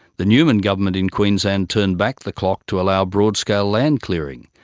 the newman government in queensland turned back the clock to allow broad-scale land clearing,